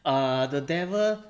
uh the devil